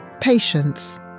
Patience